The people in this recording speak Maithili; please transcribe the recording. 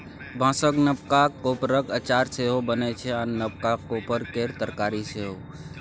बाँसक नबका कोपरक अचार सेहो बनै छै आ नबका कोपर केर तरकारी सेहो